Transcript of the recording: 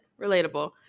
relatable